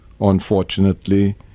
unfortunately